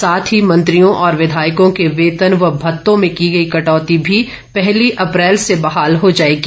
साथ ही मंत्रियों और विधायकों के वेतन व भत्तों में की गई कटौती भी पहली अप्रैल से बहाल हो जाएगी